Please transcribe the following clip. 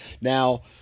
Now